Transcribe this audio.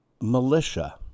militia